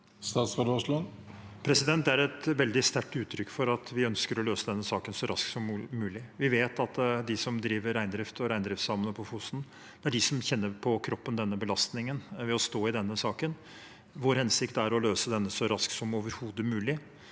Det er et veldig sterkt uttrykk for at vi ønsker å løse denne saken så raskt som mulig. Vi vet at de som driver reindrift og reindriftssamene på Fosen, er de som kjenner belastningen ved å stå i denne saken på kroppen. Vår hensikt er å løse den så raskt som overhodet mulig.